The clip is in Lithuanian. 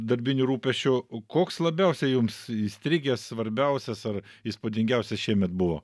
darbinių rūpesčių o koks labiausia jums įstrigęs svarbiausias ar įspūdingiausias šiemet buvo